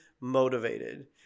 motivated